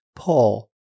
Paul